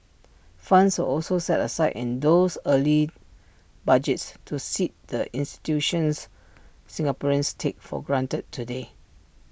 funds were also set aside in those early budgets to seed the institutions Singaporeans take for granted today